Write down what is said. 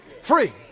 free